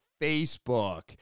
Facebook